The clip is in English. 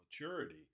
maturity